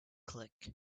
click